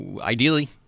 ideally